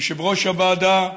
יושב-ראש הוועדה,